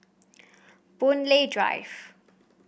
Boon Lay Drive